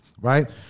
right